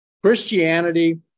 Christianity